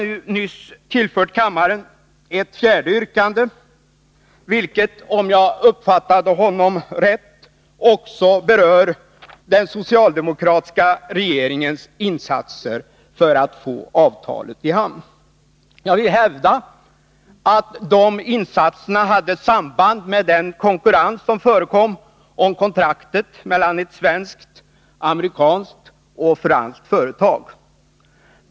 jag uppfattade honom rätt — också berör den socialdemokratiska regeringens insatser för att få avtalet i hamn. Jag vill hävda att de insatserna hade samband med den konkurrens som förekom om kontraktet mellan ett svenskt, ett amerikanskt och ett franskt företag.